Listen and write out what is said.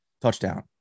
touchdown